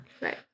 right